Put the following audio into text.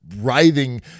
Writhing